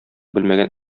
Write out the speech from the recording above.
белмәгән